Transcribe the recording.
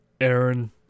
Aaron